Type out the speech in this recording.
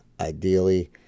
Ideally